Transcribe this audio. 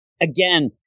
again